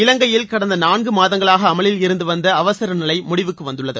இலங்கையில் கடந்த நான்கு மாதங்களாக அமவில் இருந்து வந்த அவசர நிலை முடிவுக்கு வந்துள்ளது